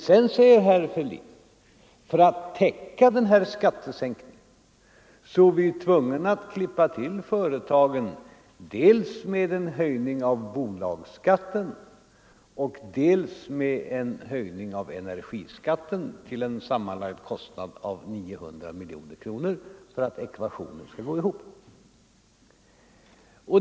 Sedan säger herr Fälldin att man för att täcka den här skattesänkningen är tvungen att klippa till företagen dels med en höjning av bolagsskatten, dels med en höjning av energiskatten till en sammanlagd kostnad av 900 miljoner kronor för att ekvationen skall gå ihop.